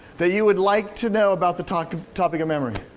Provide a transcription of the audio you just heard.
that you would like to know about the talk of topic of memory.